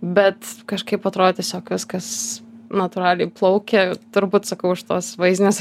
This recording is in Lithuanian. bet kažkaip atrod tiesiog viskas natūraliai plaukia turbūt sakau aš tos vaizdinės